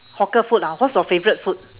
hawker food ah what's your favourite food